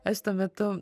aš tuo metu